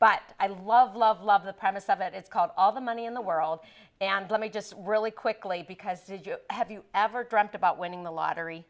but i love love love the premise of it it's called all the money in the world and let me just really quickly because did you have you ever dreamt about winning the lottery